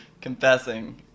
Confessing